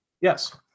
Yes